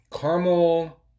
caramel